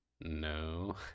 no